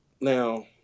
now